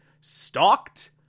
stalked